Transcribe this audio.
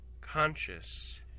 conscious